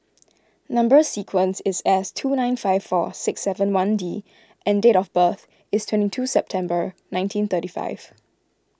Number Sequence is S two nine five four six seven one D and date of birth is twenty two September nineteen thirty five